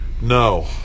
No